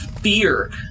Fear